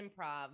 improv